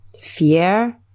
fear